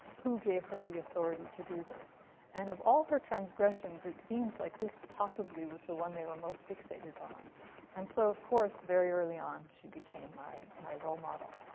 who gave her the authority to do this and of all her transgressions it seems like this possibly was the one they were most fixated on and so of course very early on she became my my role model.